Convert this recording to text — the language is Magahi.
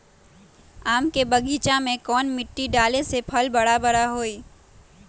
आम के बगीचा में कौन मिट्टी डाले से फल बारा बारा होई?